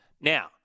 Now